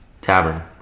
Tavern